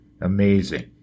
Amazing